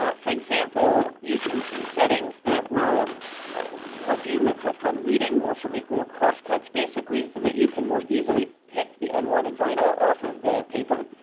ah for example, you can do settings that will help you with what's called weeding, will also make little cross-cuts basically so that you can more easily pick the unwanted vinyl off of the paper,